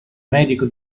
medico